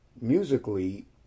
musically